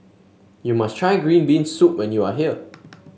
you must try Green Bean Soup when you are here